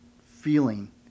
feeling